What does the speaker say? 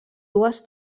dues